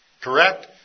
Correct